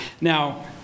now